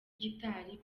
gitari